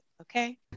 Okay